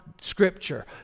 Scripture